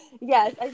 yes